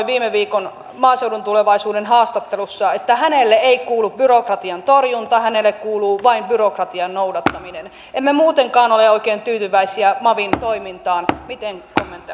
viime viikon maaseudun tulevaisuuden haastattelussa että hänelle ei kuulu byrokratian torjunta hänelle kuuluu vain byrokratian noudattaminen emme muutenkaan ole oikein tyytyväisiä mavin toimintaan miten